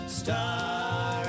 star